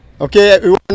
okay